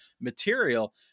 material